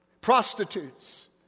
Prostitutes